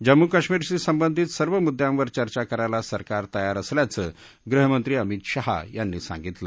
जम्मू काश्मिरशी संबंधित सर्व मुद्यांवर चर्चा करायला सरकार तयार असल्याचं गृहमंत्री अमित शाह यांनी सांगितलं